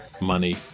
money